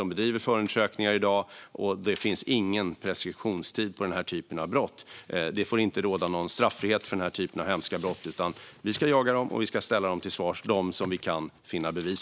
De bedriver förundersökningar i dag, och det finns ingen preskriptionstid för denna typ av brott. Det får inte råda någon straffrihet för denna typ av hemska brott. Vi ska jaga dessa människor och ställa dem till svars i de fall där vi kan finna bevis.